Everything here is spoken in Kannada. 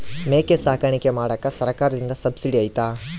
ಮೇಕೆ ಸಾಕಾಣಿಕೆ ಮಾಡಾಕ ಸರ್ಕಾರದಿಂದ ಸಬ್ಸಿಡಿ ಐತಾ?